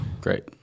Great